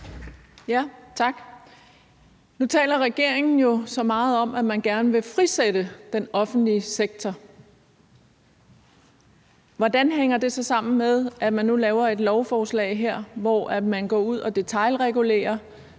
Tak. Nu taler regeringen jo så meget om, at man gerne vil frisætte den offentlige sektor. Hvordan hænger det så sammen med, at man nu laver et lovforslag her, hvor man går ud og detailregulerer